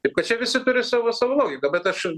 taip kad čia visi turi savo savo logiką bet aš